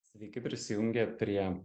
sveiki prisijungę prie